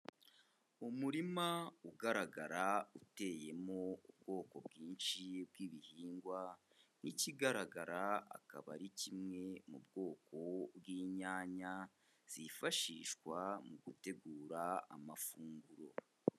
Umurima ugaragara uteyemo ubwoko bwinshi bw'ibihingwa, nk'ikigaragara akaba ari kimwe mu bwoko bw'inyanya zifashishwa mu gutegura amafunguro.